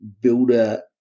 builder